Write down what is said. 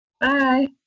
Bye